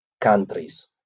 countries